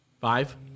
Five